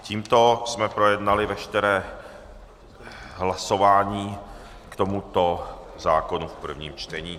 Tímto jsme projednali veškeré hlasování k tomuto zákonu v prvním čtení.